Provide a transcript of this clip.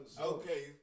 Okay